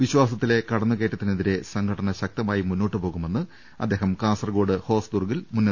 വിശ്വാസത്തിലെ കടന്നുകയറ്റത്തിനെതിരെ സംഘടന ശക്ത മായി മുന്നോട്ടു പോകു മെന്ന് അദ്ദേഹം കാസർകോട് ഹോസ്ദുർഗിൽ മുന്നറിയിപ്പ് നൽകി